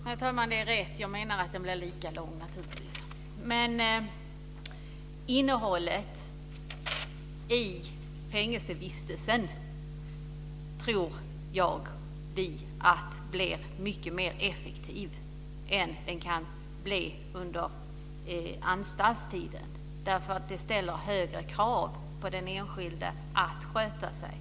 Herr talman! Det är rätt. Jag menar naturligtvis att straffet blir lika långt. Vi tror att innehållet i fängelsevistelsen med boja blir mycket mer effektiv än vad den kan bli under anstaltstiden. Det ställer högre krav på den enskilde att sköta sig.